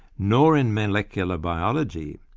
nor in molecular biology,